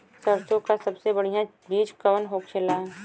सरसों का सबसे बढ़ियां बीज कवन होखेला?